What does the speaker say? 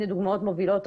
הנה דוגמאות מובילות.